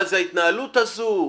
מה זה ההתנהלות הזו?